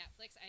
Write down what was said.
Netflix